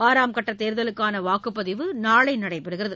ஆறாம் கட்ட தேர்தலுக்கான வாக்குப்பதிவு நாளை நடைபெறுகிறது